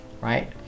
right